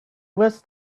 was